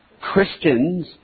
Christians